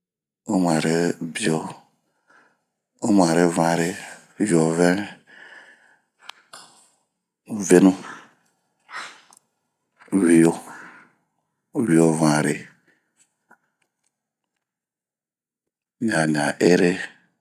......umarebio, umaredanre, yovɛn ,.........venu......wioo ,wioovanre...ɲaɲa ere..